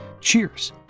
Cheers